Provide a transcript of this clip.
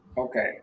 Okay